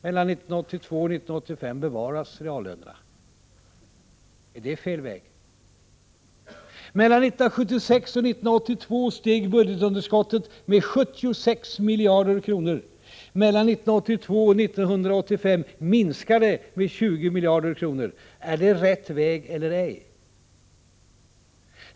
Mellan 1982 och 1985 bevaras reallönerna. Är det fel väg? — Mellan 1976 och 1982 steg budgetunderskottet med 76 miljarder kronor. Mellan 1982 och 1985 minskar det med 20 miljarder. Är det rätt väg eller ej?